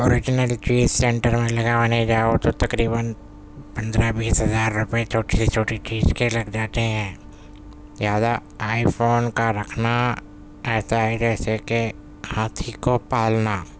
original چیز centre میں لگوانے جاؤ تو تقریباً پندرہ بیس ہزار روپئے چھوٹی سے چھوٹی چیز کے لگ جاتے ہیں لہذا آئی فون کا رکھنا ایسا ہے جیسے کہ ہاتھی کو پالنا